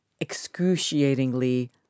excruciatingly